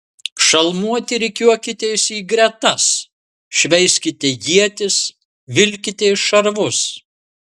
šalmuoti rikiuokitės į gretas šveiskite ietis vilkitės šarvus